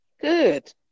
good